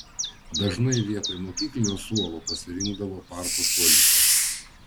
dažnai vietoj mokyklinio suolo pasirinkdavo parko suoliuką